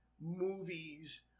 movies